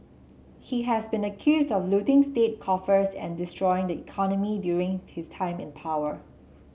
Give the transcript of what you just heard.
he has been accused of looting state coffers and destroying the economy during his time in power